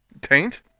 Taint